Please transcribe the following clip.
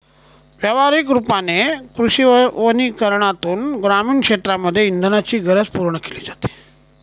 व्यवहारिक रूपाने कृषी वनीकरनातून ग्रामीण क्षेत्रांमध्ये इंधनाची गरज पूर्ण केली जाते